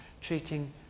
treating